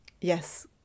Yes